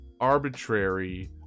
arbitrary